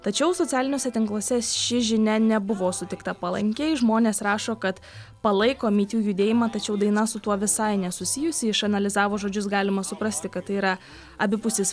tačiau socialiniuose tinkluose ši žinia nebuvo sutikta palankiai žmonės rašo kad palaikome my tiu judėjimą tačiau daina su tuo visai nesusijusi išanalizavo žodžius galimus suprasti kad tai yra abipusis